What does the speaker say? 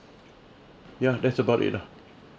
ya that's about it ah